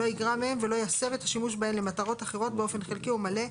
לא יגרע מהן ולא יסב את השימוש בהן למטרות אחרות באופן חלקי או מלא,